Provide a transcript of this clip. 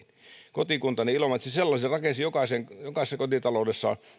kotikuntani ilomantsi sellaisen rakensi ja jokaisessa kotitaloudessa